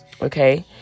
Okay